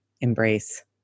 embrace